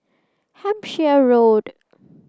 Hampshire Road